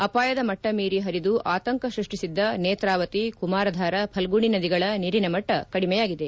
ಅಪಾಯದ ಮಟ್ಟ ಮೀರಿ ಪರಿದು ಆತಂಕ ಸ್ವಷ್ಷಿಸಿದ್ದ ನೇತ್ರಾವತಿ ಕುಮಾರಾಧಾರ ಫಲ್ಗುಣಿ ನದಿಗಳ ನೀರಿನ ಮಟ್ಟ ಕಡಿಮೆಯಾಗಿದೆ